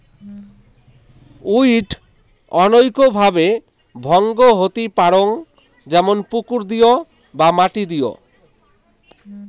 weed অনৈক ভাবে ভঙ্গ হতি পারং যেমন পুকুর দিয় বা মাটি দিয়